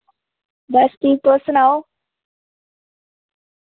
बस ठीक तुस सनाओ